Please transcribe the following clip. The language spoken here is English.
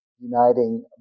uniting